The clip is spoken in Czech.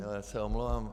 Já se omlouvám.